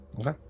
Okay